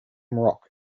rock